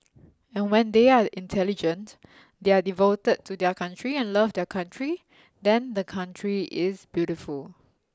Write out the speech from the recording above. and when they are intelligent they are devoted to their country and love their country then the country is beautiful